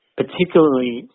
particularly